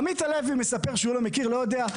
עמית הלוי שהוא לא מכיר, לא יודע.